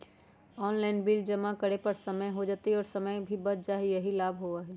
Online bill जमा करे से समय पर जमा हो जतई और समय भी बच जाहई यही लाभ होहई?